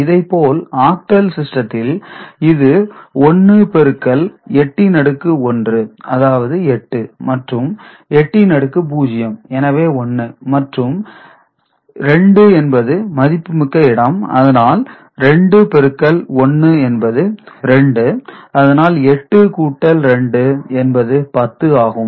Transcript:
இதைப்போல் ஆக்டல் சிஸ்டத்தில் இது 1 பெருக்கல் 8 இன் அடுக்கு 1 அதாவது 8 மற்றும் 8 இன் அடுக்கு 0 எனவே 1 மற்றும் 2 என்பது மதிப்புமிக்க இடம் அதனால் 2 பெருக்கல் 1 என்பது 2 அதனால் 8 கூட்டல் 2 என்பது 10 ஆகும்